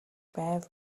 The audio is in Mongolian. байв